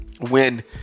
win